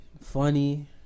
funny